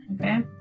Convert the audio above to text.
okay